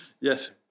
Yes